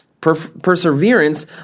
perseverance